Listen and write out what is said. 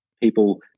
people